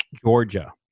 Georgia